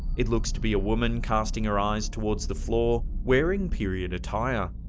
it looks to be a woman casting her eyes towards the floor, wearing period attire.